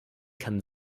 kann